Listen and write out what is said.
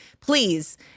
please